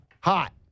Hot